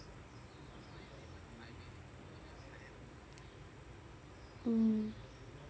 mm